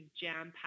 jam-packed